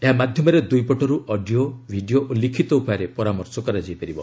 ଏହା ମାଧ୍ୟମରେ ଦୁଇ ପଟର୍ ଅଡିଓ ଭିଡ଼ିଓ ଓ ଲିଖିତ ଉପାୟରେ ପରାମର୍ଶ କରାଯାଇ ପାରିବ